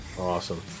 Awesome